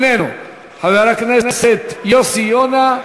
איננו, חבר הכנסת יוסי יונה,